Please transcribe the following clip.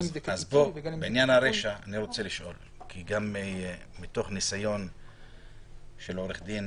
בעניין הרישא, מתוך ניסיון של עורך דין